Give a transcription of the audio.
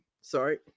sorry